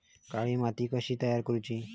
काळी माती कशी तयार करूची?